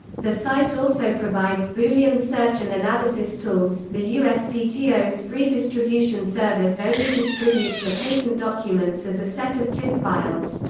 the site also provides boolean search and analysis tools the uspto's free distribution service only distributes the patent documents as a set of tiff files.